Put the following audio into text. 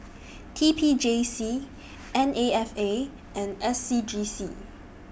T P J C N A F A and S C G C